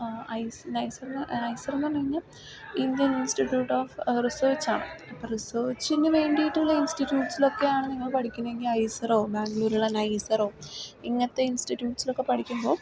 ice NISER എന്ന് IISER എന്ന് പറഞ്ഞ് കഴിഞ്ഞാൽ ഇന്ത്യൻ ഇൻസ്റ്റിറ്റ്യൂട്ട് ഓഫ് റിസർച്ച് ആണ് റിസർച്ചിന് വേണ്ടീട്ടുള്ള ഇൻസ്റ്റിറ്റ്യൂട്ട്സിലൊക്കെയാണ് നിങ്ങൾ പഠിക്കുന്നത് എങ്കിൽ ഐസറോ ബംഗ്ലൂരുള്ള നൈസറോ ഇങ്ങനത്തെ ഇൻസ്റ്റിറ്റ്യൂട്ട്സിലൊക്കെ പഠിക്കുമ്പോൾ